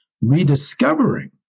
rediscovering